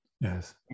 Yes